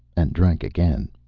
and drank again.